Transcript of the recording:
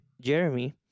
Jeremy